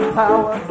power